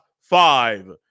five